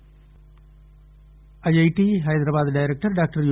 TU ం IIT Hyderabad director doctor you